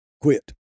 quit